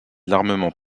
l’armement